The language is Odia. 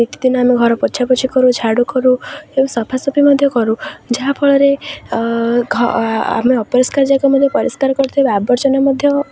ନିତିଦିନ ଆମେ ଘର ପୋଛା ପୋଛି କରୁ ଝାଡ଼ୁ କରୁ ଏବଂ ସଫା ସଫି ମଧ୍ୟ କରୁ ଯାହାଫଳରେ ଆମେ ଅପରିଷ୍କାର ଜାଗା ମଧ୍ୟ ପରିଷ୍କାର କରୁଥିବା ଆବର୍ଜନା ମଧ୍ୟ